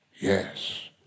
Yes